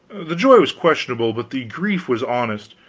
the joy was questionable, but the grief was honest.